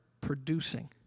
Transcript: producing